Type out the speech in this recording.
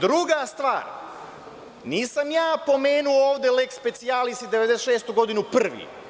Druga stvar, nisam ja pomenuo ovde leks specijalis i 1996. godinu prvi.